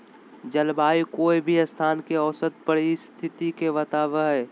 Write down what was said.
जलवायु कोय भी स्थान के औसत परिस्थिति के बताव हई